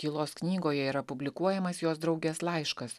tylos knygoje yra publikuojamas jos draugės laiškas